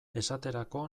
esaterako